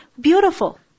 beautiful